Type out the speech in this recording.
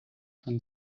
von